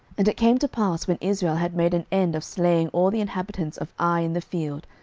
and it came to pass, when israel had made an end of slaying all the inhabitants of ai in the field,